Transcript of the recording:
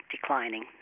declining